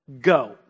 Go